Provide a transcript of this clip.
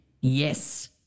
Yes